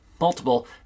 multiple